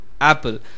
Apple